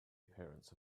appearance